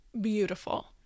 beautiful